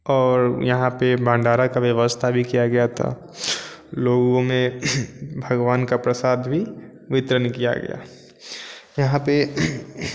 और यहाँ पे भंडारा का व्यवस्था भी किया गया था लोगों में भगवान का प्रसाद भी वितरण किया गया यहाँ पे